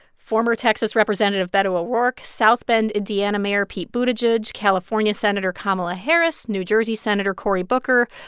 former texas representative beto o'rourke, south bend indiana mayor pete buttigieg, california senator kamala harris, new jersey senator cory booker,